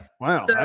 Wow